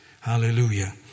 Hallelujah